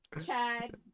Chad